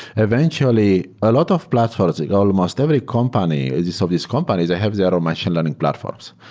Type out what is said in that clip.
eventually a lot of platforms, like almost every company, these ah these companies, they have their own machine learning platforms,